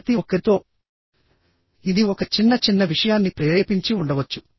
ప్రతి ఒక్కరితో ఇది ఒక చిన్న చిన్న విషయాన్ని ప్రేరేపించి ఉండవచ్చు